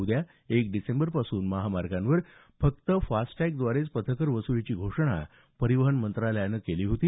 उद्या एक डिसेंबरपासून महामार्गांवर फक्त फास्टटॅग द्वारे पथकर वसुलीची घोषणा परिवहन मंत्रालयानं केली होती